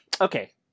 okay